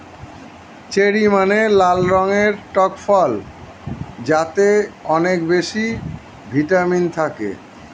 cherry মানে লাল রঙের টক ফল যাতে অনেক বেশি ভিটামিন থাকে